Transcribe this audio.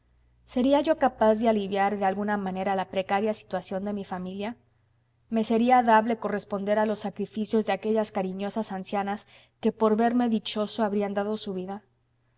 seria yo capaz de aliviar de alguna manera la precaria situación de mi familia me sería dable corresponder a los sacrificios de aquellas cariñosas ancianas que por verme dichoso habrían dado su vida